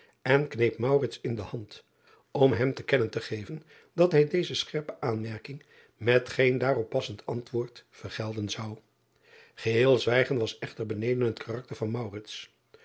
en kneep in de hand om hem te kennen te geven dat hij deze scherpe aanmerking met geen daarop passend antwoord vergelden zou eheel zwijgen was echter beneden het karakter van